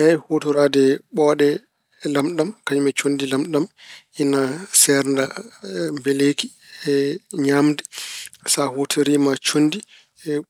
Eey, huutoraade ɓooɗe lamɗam kañum e conndi lamɗam ina seerda mbeleeki ñaamde. Sa huutoriima conndi